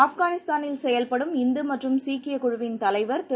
ஆப்கானிஸ்தானில் செயல்படும் இந்து மற்றும் சீக்கிய குழுவின் தலைவர் திரு